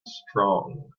strong